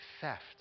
theft